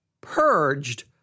purged